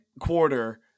quarter